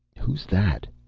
who's that?